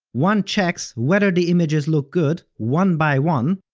one checks whether the images look good one by one,